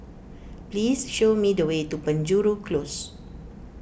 please show me the way to Penjuru Close